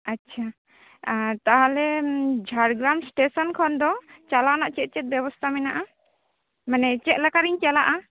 ᱟᱪᱪᱷᱟ ᱟᱨ ᱛᱟᱦᱚᱞᱮ ᱡᱷᱟᱲᱜᱨᱟᱢ ᱥᱴᱮᱥᱚᱱ ᱠᱷᱚᱱ ᱫᱚ ᱪᱟᱞᱟᱣ ᱨᱮᱱᱟᱜ ᱪᱮᱫ ᱪᱮᱫ ᱵᱮᱵᱚᱛᱷᱟ ᱢᱮᱱᱟᱜᱼᱟ ᱢᱟᱱᱮ ᱪᱮᱫ ᱞᱮᱠᱟᱨᱤᱧ ᱪᱟᱞᱟᱜᱼᱟ